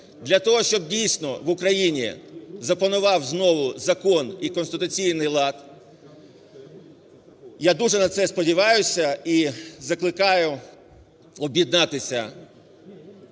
Для того, щоб дійсно в Україні запанував знову закон і конституційний лад. Я дуже на це сподіваюся і закликаю об'єднатися